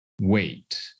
wait